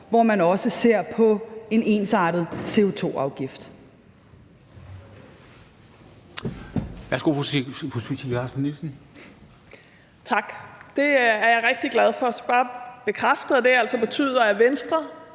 hvor man også ser på en ensartet CO2-afgift.